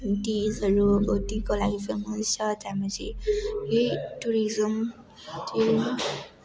टीजहरू टीको लागि फेमस छ त्यहाँपछि यही टुरिजम टी